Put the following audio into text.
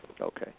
Okay